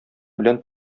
белән